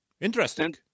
Interesting